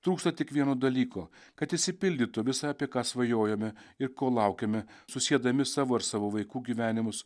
trūksta tik vieno dalyko kad išsipildytų visa apie ką svajojome ir ko laukiame susiedami savo ir savo vaikų gyvenimus